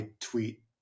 tweet